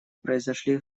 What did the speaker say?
произошли